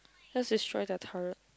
let's destroy their turret